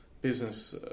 business